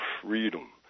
freedom